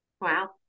wow